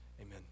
Amen